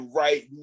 right